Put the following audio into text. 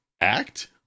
act